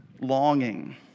longing